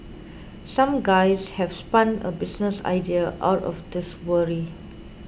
some guys have spun a business idea out of this worry